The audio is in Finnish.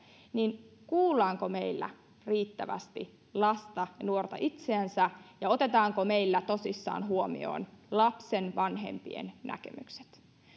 niin kuullaanko meillä riittävästi lasta ja nuorta itseänsä ja otetaanko meillä tosissaan huomioon lapsen vanhempien näkemykset